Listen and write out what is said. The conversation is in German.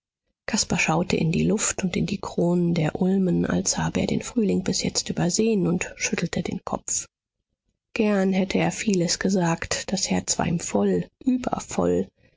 caspar schaute in die luft und in die kronen der ulmen als habe er den frühling bis jetzt übersehen und schüttelte den kopf gern hätte er vieles gesagt das herz war ihm voll übervoll